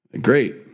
Great